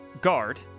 Guard